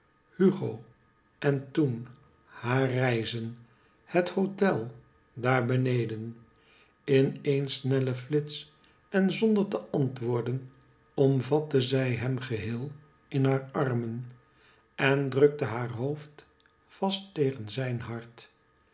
hugo en toen haar reizen het hotel daar beneden in een snellen flits en zonder te antwoorden omvatte zij hem geheel in haar armen en drukte haar hoofd vast tegen zijn hart